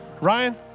Ryan